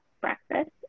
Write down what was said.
breakfast